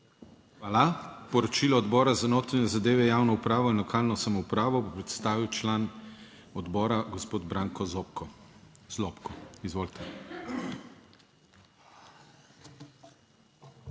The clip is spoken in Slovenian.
Hvala. Poročilo Odbora za notranje zadeve, javno upravo in lokalno samoupravo bo predstavil član odbora, gospod Branko Zobko. Zlobko. Izvolite.